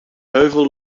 heuvel